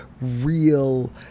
real